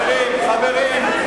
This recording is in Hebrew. חברים.